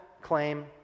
claim